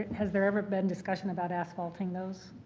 has there ever been discussion about asphalting those?